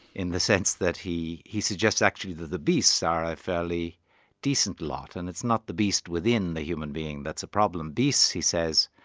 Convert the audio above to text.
in the sense that he he suggests actually that the beasts are a fairly decent lot and it's not the beast within the human being that's a problem. beasts, he says,